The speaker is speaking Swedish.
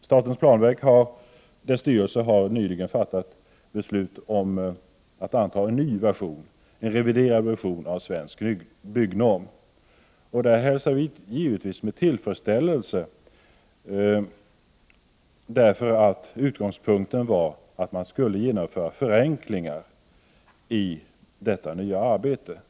Statens planverks styrelse har nyligen fattat beslut om att anta en ny, reviderad version av Svensk byggnorm. Det hälsar vi givetvis med tillfredsställelse — utgångspunkten var nämligen att man i detta nya arbete skulle göra förenklingar.